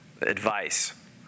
advice